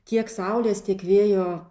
tiek saulės tiek vėjo